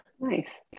Nice